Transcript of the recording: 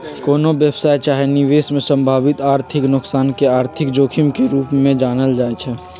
कोनो व्यवसाय चाहे निवेश में संभावित आर्थिक नोकसान के आर्थिक जोखिम के रूप में जानल जाइ छइ